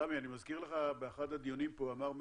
סמי, אני מזכיר לך, באחד הדיונים פה אמר מישהו,